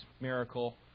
miracle